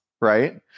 right